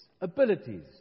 abilities